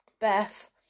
Beth